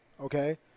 Okay